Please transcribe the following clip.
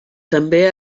també